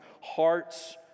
hearts